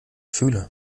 fühle